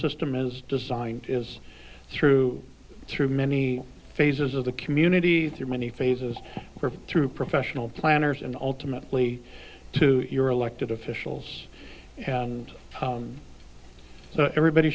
system is designed is through through many phases of the communities in many phases through professional planners and ultimately to your elected officials and so everybody